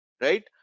right